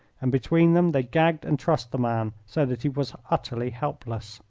and between them they gagged and trussed the man, so that he was utterly helpless.